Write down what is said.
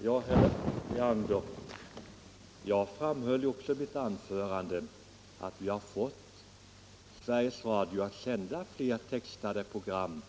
Herr talman! Ja, herr Leander, jag framhöll ju också i mitt anförande att vi under de senaste åren har fått Sveriges Radio att öka sändningstiden med textade program,